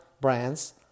brands